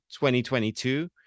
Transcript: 2022